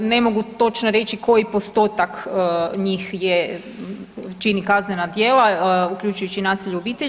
Ne mogu točno reći koji postotak njih je čini kaznena djela, uključujući i nasilje u obitelji.